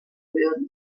werden